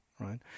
right